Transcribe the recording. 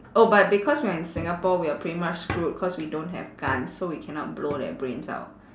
oh but because we're in singapore we are pretty much screwed cause we don't have guns so we cannot blow their brains out